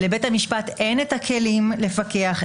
לבית המשפט אין את הכלים לפקח,